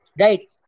Right